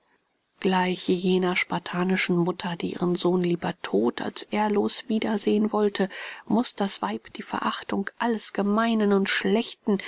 gleich jener spartanischen mutter die ihren sohn lieber todt als ehrlos wiedersehen wollte muß das weib die verachtung alles gemeinen und schlechten